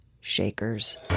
shakers